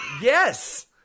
Yes